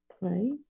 play